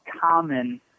common